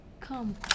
come